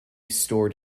stored